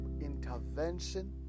intervention